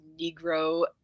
Negro